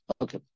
Okay